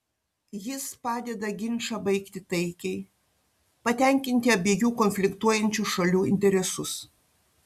jis padeda ginčą baigti taikiai patenkinti abiejų konfliktuojančių šalių interesus